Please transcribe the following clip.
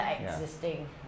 existing